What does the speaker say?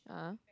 ah